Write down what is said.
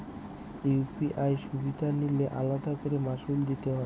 UPI সুবিধা নিলে আলাদা করে মাসুল দিতে হয়?